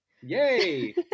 yay